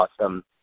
awesome